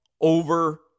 over